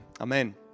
Amen